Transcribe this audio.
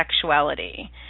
sexuality